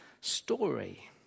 story